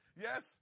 Yes